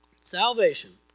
Salvation